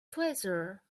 pleasure